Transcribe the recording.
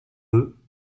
eux